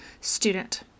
Student